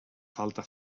falta